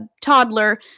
toddler